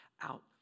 out